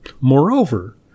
Moreover